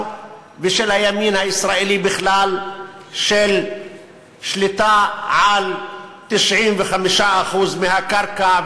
ושל הימין הישראלי בכלל של שליטה על 95% מהקרקע,